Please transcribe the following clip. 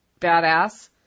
badass